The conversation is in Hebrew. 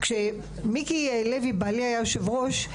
כשמיקי לוי בעלי היה יושב-ראש,